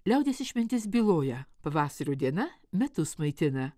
liaudies išmintis byloja pavasario diena metus maitina